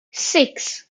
six